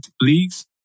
leagues